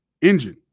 engine